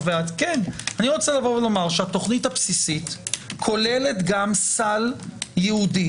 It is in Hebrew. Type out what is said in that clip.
אני רוצה לומר שהתוכנית הבסיסית כוללת גם סל ייעודי